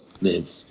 live